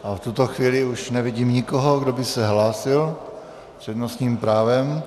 V tuto chvíli už nevidím nikoho, kdo by se hlásil s přednostním právem.